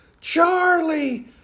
Charlie